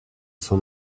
soon